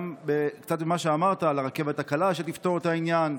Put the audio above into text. גם קצת במה שאמרת: הרכבת הקלה תפתור את העניין,